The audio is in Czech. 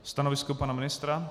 Stanovisko pana ministra?